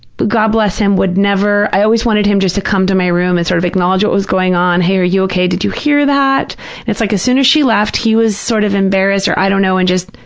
god bless him, would never, i always wanted him just to come to my room and sort of acknowledge what was going on, hey, are you okay, did you hear that? and it's like as soon as she left, he was sort of embarrassed or i don't know and just,